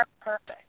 perfect